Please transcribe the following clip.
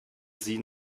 sie